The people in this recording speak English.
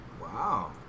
Wow